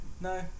No